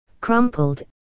Crumpled